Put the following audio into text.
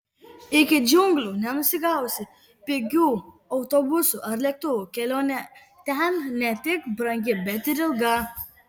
iki džiunglių nenusigausi pigiu autobusu ar lėktuvu kelionė ten ne tik brangi bet ir ilga